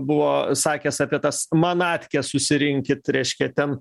buvo sakęs apie tas manatkes susirinkit reiškia ten